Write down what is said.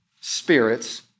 spirits